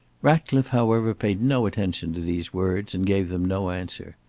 ratcliffe, however, paid no attention to these words, and gave them no answer.